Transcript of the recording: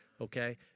Okay